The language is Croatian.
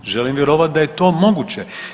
Želim vjerovati da je to moguće.